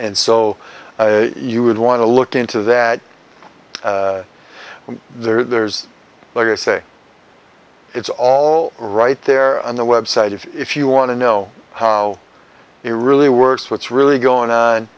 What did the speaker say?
and so you would want to look into that and there's like i say it's all right there on the website if you want to know how it really works what's really going on